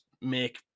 make